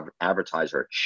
advertiser